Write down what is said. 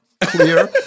clear